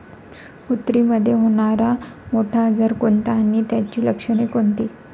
कुत्रीमध्ये होणारा मोठा आजार कोणता आणि त्याची लक्षणे कोणती?